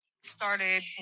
started